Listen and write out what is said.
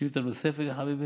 שאלה נוספת, יא חביבי?